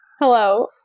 Hello